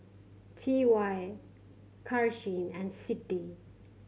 T Y Karsyn and Siddie